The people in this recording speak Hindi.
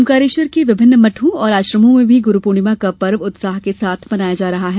ओंकारेश्वर के विभिन्न मठों और आश्रमों में भी ग्रूर पूर्णिमा का पर्व उत्साह के साथ मनाया जा रहा है